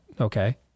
Okay